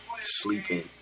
sleeping